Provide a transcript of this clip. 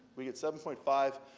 we get seven point five,